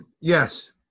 yes